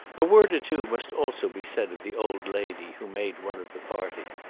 a word or two must also be said of the old lady who made one of the party.